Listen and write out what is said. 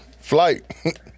Flight